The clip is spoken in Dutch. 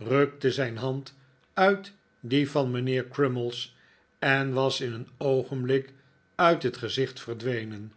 rukte zijn hand uit die van mijnheer crummies eh was in een oogenblik uit het gezicht verdwenen